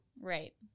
right